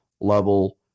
level